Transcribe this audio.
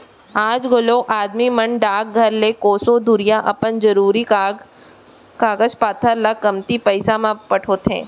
आज घलौ आदमी मन डाकघर ले कोसों दुरिहा अपन जरूरी कागज पातर ल कमती पइसा म पठोथें